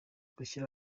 gushyira